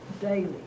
Daily